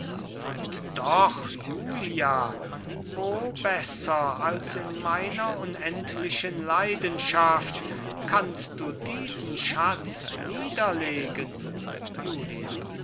und doch julia wo besser als in meiner unendlichen leidenschaft kannst du diesen schatz niederlegen julia